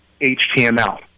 html